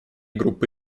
группы